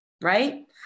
right